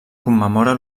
commemora